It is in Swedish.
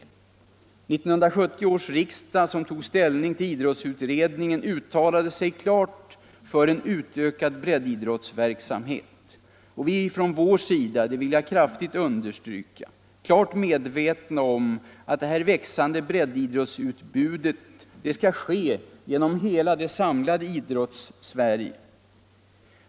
1970 års riksdag, som tog ställning till idrottsutredningen, uttalade sig klart för en utökad breddidrottsverksamhet. Vi är från vår sida, det vill jag kraftigt understryka, klart medvetna om att detta växande breddidrottsutbud skall ske genom hela det samlade Idrottssverige.